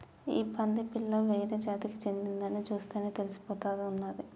ఈ పంది పిల్ల వేరే జాతికి చెందిందని చూస్తేనే తెలిసిపోతా ఉన్నాది